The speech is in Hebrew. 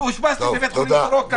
ואושפזתי בבית חולים סורוקה -- תודה.